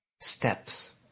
steps